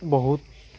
বহুত